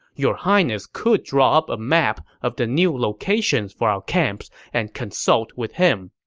your highness could draw up a map of the new locations for our camps and consult with him.